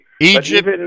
Egypt